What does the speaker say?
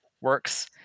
works